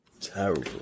Terrible